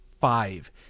five